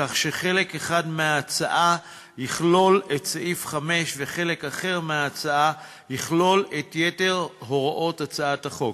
כך שחלק אחד יכלול את סעיף 5 וחלק אחר יכלול את יתר הוראות הצעת החוק.